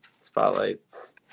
spotlights